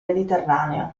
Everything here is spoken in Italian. mediterraneo